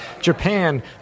Japan